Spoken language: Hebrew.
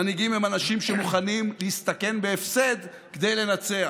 מנהיגים הם אנשים שמוכנים להסתכן בהפסד כדי לנצח.